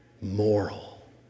moral